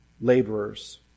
laborers